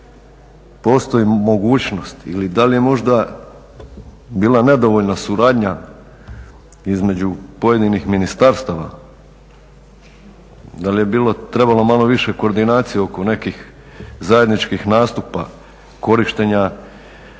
postoji mogućnost ili da li je možda bila nedovoljna suradnja između pojedinih ministarstava, da li je bilo trebalo malo više koordinacije oko nekih zajedničkih nastupa, korištenja